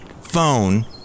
phone